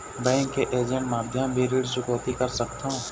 Bank के agent माध्यम भी ऋण चुकौती कर सकथों?